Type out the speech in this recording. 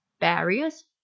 barriers